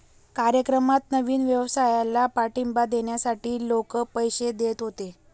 कार्यक्रमात नवीन व्यवसायाला पाठिंबा देण्यासाठी लोक पैसे देत होते